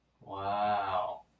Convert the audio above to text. Wow